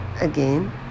again